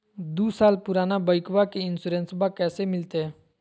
दू साल पुराना बाइकबा के इंसोरेंसबा कैसे मिलते?